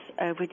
over